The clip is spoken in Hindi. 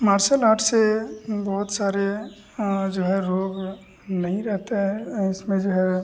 मार्सल आर्ट से हम बहुत सारे जो है रोग नहीं रहता है इसमें जो है